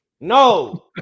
No